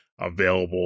available